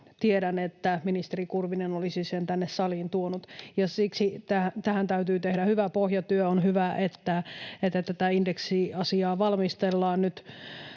tiedän, että ministeri Kurvinen olisi sen tänne saliin tuonut. Siksi tähän täytyy tehdä hyvä pohjatyö. On hyvä, että tätä indeksiasiaa valmistellaan nyt